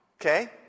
Okay